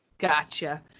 Gotcha